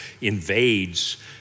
invades